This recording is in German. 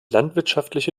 landwirtschaftliche